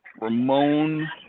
Ramon